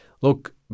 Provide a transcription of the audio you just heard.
look